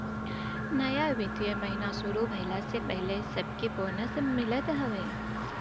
नया वित्तीय महिना शुरू भईला से पहिले सबके बोनस मिलत हवे